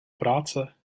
práce